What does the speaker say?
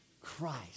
Christ